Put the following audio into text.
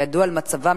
וידעו על מצבן,